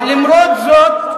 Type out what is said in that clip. אבל למרות זאת,